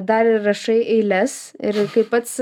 dar ir rašai eiles ir kaip pats